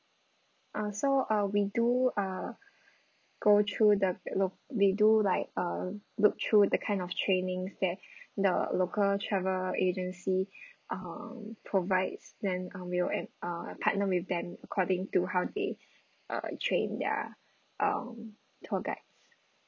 uh so uh we do uh go through the loc~ we do like uh look through the kind of trainings that the local travel agency um provides then um we will and uh partner with them according to how they uh train their um tour guides